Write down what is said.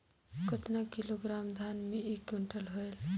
कतना किलोग्राम धान मे एक कुंटल होयल?